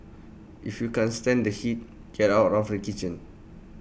if you can't stand the heat get out of the kitchen